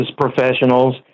professionals